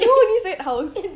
you நீ:nee said house